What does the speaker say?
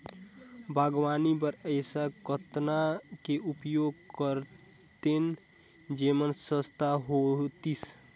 बागवानी बर ऐसा कतना के उपयोग करतेन जेमन सस्ता होतीस?